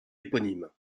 éponyme